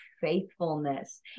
faithfulness